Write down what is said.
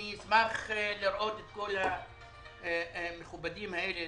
אני אשמח לראות את כל המכובדים האלה,